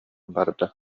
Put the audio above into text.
барбыта